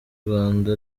rwanda